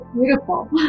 beautiful